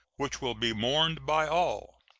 which will be mourned by all.